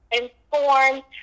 informed